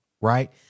Right